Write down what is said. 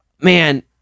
man